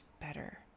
better